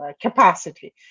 capacity